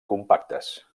compactes